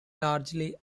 largely